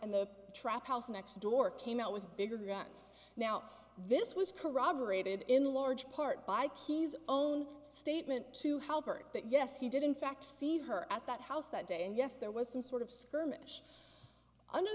and the trap house next door came out with bigger guns now this was corroborated in large part by key's own statement to help her that yes he did in fact see her at that house that day and yes there was some sort of skirmish under